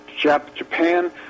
Japan